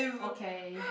okay